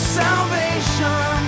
salvation